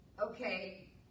okay